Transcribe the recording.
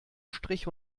strich